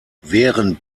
während